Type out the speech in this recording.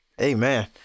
Amen